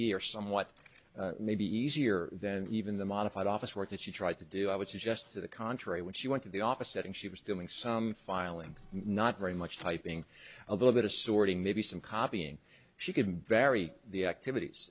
are somewhat maybe easier than even the modified office work that she tried to do i would suggest to the contrary when she went to the office setting she was doing some filing not very much typing a little bit of sorting maybe some copying she can vary the activities